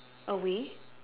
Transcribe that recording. away